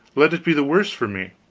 let it be the worse for me.